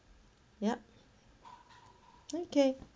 yup okay